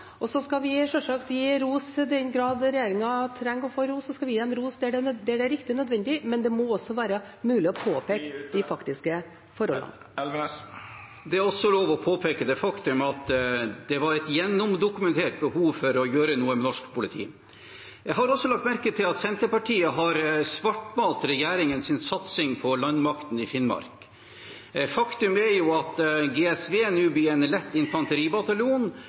utviklingen. Så skal vi vi sjølsagt gi ros i den grad regjeringen trenger å få ros. Vi skal gi dem ros der det er riktig og nødvendig, men det må også være mulig å påpeke de faktiske forhold. Det er også lov å påpeke det faktum at det var et gjennomdokumentert behov for å gjøre noe med norsk politi. Jeg har også lagt merke til at Senterpartiet har svartmalt regjeringens satsing på landmakten i Finnmark. Faktum er at GSV, Garnisonen i Sør-Varanger, nå blir en lett infanteribataljon